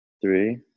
three